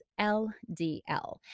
LDL